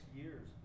years